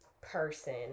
person